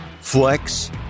flex